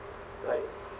right